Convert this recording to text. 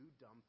dumb